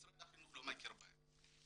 משרד החינוך לא מכיר בהם.